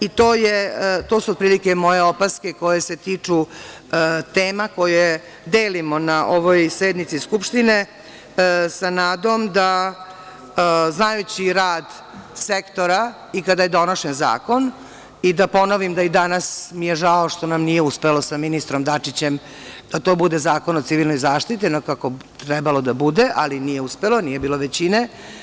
I to su otprilike moje opaske koje se tiču tema koje delimo na ovoj sednici Skupštine sa nadom znajući rad sektora i kada je donošen zakon i da ponovim da i danas mi je žao što nam nije uspelo sa ministrom Dačićem da to bude zakon o civilnoj zaštiti, onako kako bi trebalo da bude, ali nije uspelo nije bilo većine.